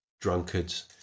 Drunkards